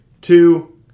Two